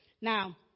Now